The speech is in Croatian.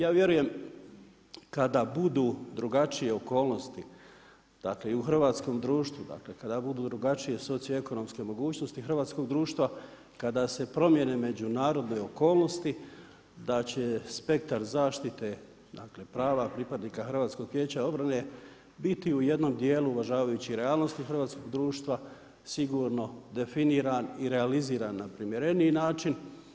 Ja vjerujem kada budu drugačije okolnosti, dakle i u Hrvatskom društvu, dakle kada budu drugačije socioekonomske mogućnosti hrvatskog društva, kada se promjene međunarodne okolnosti da će spektar zaštite, dakle prava pripadnika HVO-a biti u jednom dijelu uvažavajući realnosti hrvatskoga društva sigurno definiran i realiziran na primjereniji način.